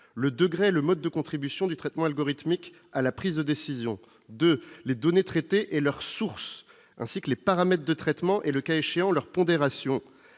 le degré le mode de contribution du traitement algorithmique à la prise de décision, de les données traitées et leurs sources, ainsi que les paramètres de traitement et, le cas échéant, leur pondérations